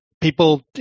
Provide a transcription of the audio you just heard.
People